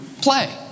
play